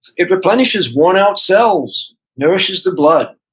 it replenishes worn out cells, nourishes the blood,